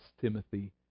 Timothy